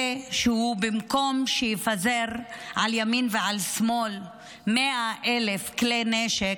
במקום שיפזר על ימין ועל שמאל 100,000 כלי נשק,